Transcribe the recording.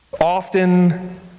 often